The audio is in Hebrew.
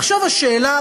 ועכשיו השאלה,